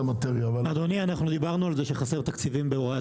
אדוני אנחנו דיברנו על זה שחסר תקציבים בהוראת